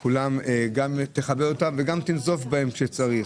את כולם גם תכבד וגם תנזוף בהם כשצריך.